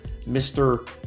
Mr